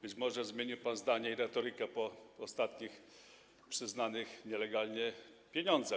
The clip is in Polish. Być może zmienił pan zdanie i retorykę po ostatnich przyznanych nielegalnie pieniądzach.